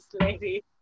lady